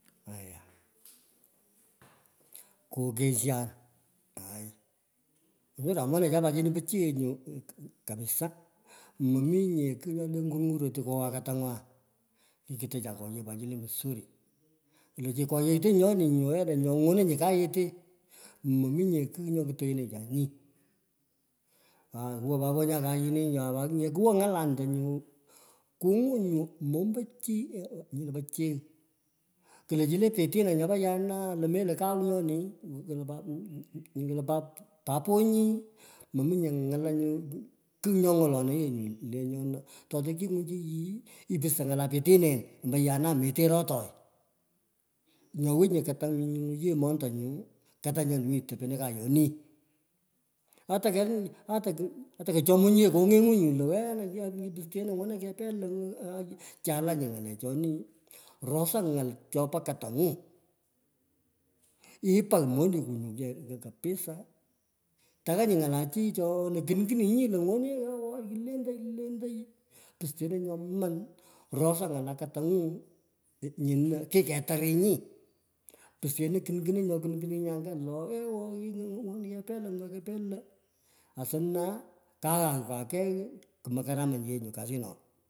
Pat aya, kokenshan, aai, tungetan monechan pat chino pichiyech nyu kapisaa, mominye kigh nyo le ngürngürat oti kogogh nyin. le kowar katangwa, kingutocha part msuri kulo chi wo koyognto nyon, magu momto chi i nyino wena nyo ngóni nyi kayete mominye kigh ngo! Kiteenecha nyi acai puponyan kayını ya kuwo nglalanta ngu kungwon nyu piching kulo chi le pitina nyopo ya kau nyoni, kale pat pat paponyi, nαρ lo mendo lenyona. embo mominge ngala nyu kigh nyc ng'olonoί totikimi chi yin, ipusto ng'alo pitinen. ya naa meterotoi. Ngo winyi katang'u yo montanyu, kata nyoni, wi topeno kayoni. Atu keng. ata kochomony, ye kong'eng'u nyulo, wena pusteno ng'ono kepee lo, ngóno, chalanying'alechoni rosa ng'al chopo katang'u ipagh monekwu nyu kapisa, tuanyi ng'ala chi chona kunkuninyi lo ng'one ye nyo yi lentoi, lentoi. Pusteno nyomun rosa ng'ala katiang'u, nyino kiketaghinyi, pusteno kunkunigh nyo kunkuningi anga lo ewo ngono kepee lo, ngono kepee lo. Asna kaghaghkwakei, kumo karamach ye nyu kasichona.